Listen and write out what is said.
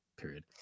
period